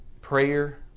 prayer